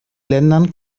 ländern